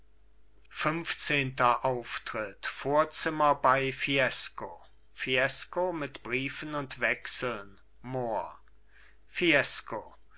funfzehnter auftritt vorzimmer bei fiesco fiesco mit briefen und wechseln mohr fiesco